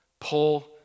pull